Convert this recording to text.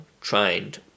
trained